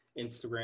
Instagram